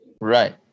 Right